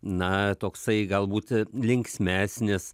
na toksai galbūt linksmesnis